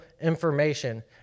information